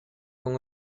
con